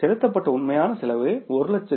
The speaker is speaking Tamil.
செலுத்தப்பட்ட உண்மையான செலவு 183000